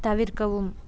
தவிர்க்கவும்